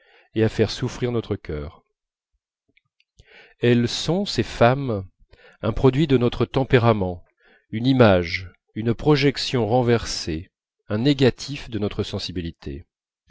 et à faire souffrir notre cœur elles sont ces femmes un produit de notre tempérament une image une projection renversée un négatif de notre sensibilité